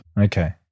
Okay